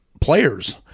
players